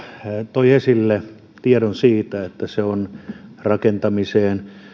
toi esille tiedon siitä että se on rakentamiseen